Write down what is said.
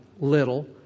little